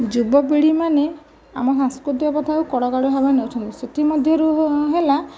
ଯୁବପିଢ଼ି ମାନେ ଆମ ସାଂସ୍କୃତିକ କଥାକୁ କଡ଼ାକଡ଼ି ଭାବେ ନେଉଛନ୍ତି ସେଥି ମଧ୍ୟରୁ ହେଲା